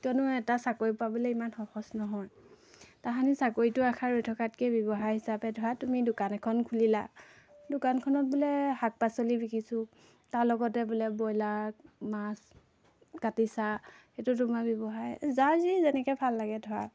কিয়নো এটা চাকৰি পাবলৈ ইমান সহজ নহয় তাহাঁতি চাকৰিটো আশাত ৰৈ থকাতকৈ ব্যৱসায় হিচাপে ধৰা তুমি দোকান এখন খুলিলা দোকানখনত বোলে শাক পাচলি বিকিছোঁ তাৰ লগতে বোলে ব্ৰইলাৰ মাছ কাটিচা সেইটো তোমাৰ ব্যৱসায় যাৰ যি যেনেকৈ ভাল লাগে ধৰা